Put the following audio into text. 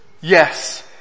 Yes